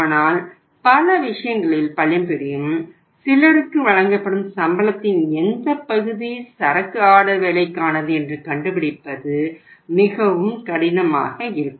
ஆனால் பல விஷயங்களில் பணிபுரியும் சிலருக்கு வழங்கப்படும் சம்பளத்தின் எந்தப் பகுதி சரக்கு ஆர்டர் வேலைக்கானது என்று கண்டுபிடிப்பது மிகவும் கடினமாக இருக்கும்